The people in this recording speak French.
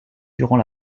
durant